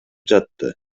жатты